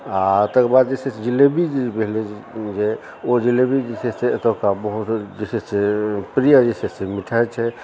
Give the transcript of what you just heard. आओर तकर बाद जे छै से जीलेबी जे भेलै जे ओ जीलेबी जे छै से अतुका बहुत विशेष छै प्रिये जे छै से मिठाई छै